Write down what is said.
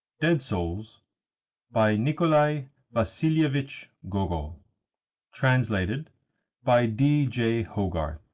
dead souls by nikolai vasilievich gogol translated by d. j. hogarth